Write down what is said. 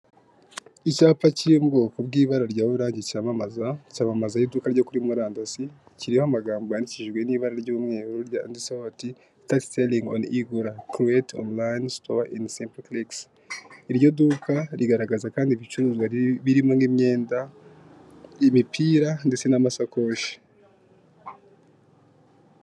Icyapa kiri mu bwoko bw'ibara rya orange cyamamaza, cyamamaza y'iduka ryo kuri murandasi kiriho amagambo yandikishijwe n'ibara ry'umweru rya andi sohota selinye igura keleto oniline sito ini simpuligizi iryo duka rigaragaza kandi ibicuruzwa birimo nk'imyenda imipira ndetse n'amasakoshi.